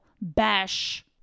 bash